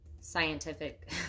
scientific